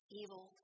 evil